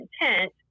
intent